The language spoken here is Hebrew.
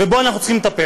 ובו אנחנו צריכים לטפל.